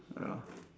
ya